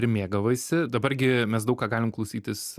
ir mėgavaisi dabar gi mes daug ką galim klausytis